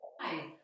Hi